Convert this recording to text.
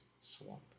Swamp